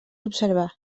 observar